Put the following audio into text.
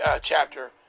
chapter